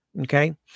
Okay